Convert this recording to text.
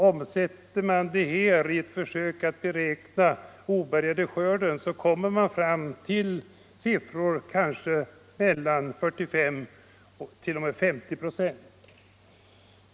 Omsätter man det här i ett försök att beräkna den obärgade skörden, kommer man fram till en siffra mellan 45 och 50 procent.